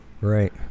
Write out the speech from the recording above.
Right